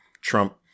Trump